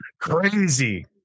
crazy